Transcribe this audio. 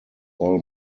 all